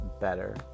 better